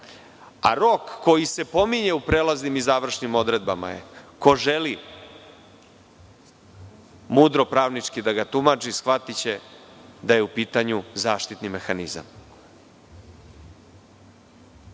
a rok koji se pominje u prelaznim i završnim odredbama, ko želi mudro pravnički da ga tumači, shvatiće da je u pitanju zaštitni mehanizam. Mislim